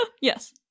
yes